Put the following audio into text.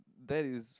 that is